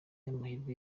amahirwe